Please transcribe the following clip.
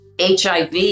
hiv